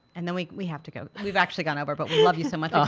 and then we we have to go we've actually gone over, but we love you so much! ah